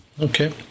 Okay